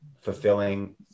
fulfilling